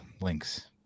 links